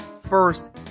first